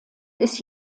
ist